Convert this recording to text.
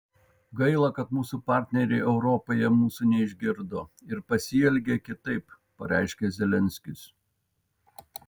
gaila kad mūsų partneriai europoje mūsų neišgirdo ir pasielgė kitaip pareiškė zelenskis